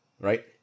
right